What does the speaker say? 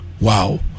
Wow